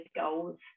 goals